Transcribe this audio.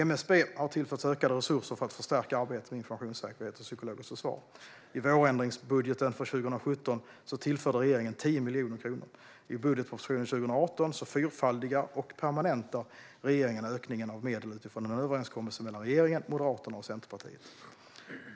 MSB har tillförts ökade resurser för att förstärka arbetet med informationssäkerhet och psykologiskt försvar. I vårändringsbudgeten för 2017 tillförde regeringen 10 miljoner kronor. I budgetpropositionen för 2018 fyrfaldigar och permanentar regeringen ökningen av medel utifrån en överenskommelse mellan regeringen, Moderaterna och Centerpartiet.